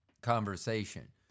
conversation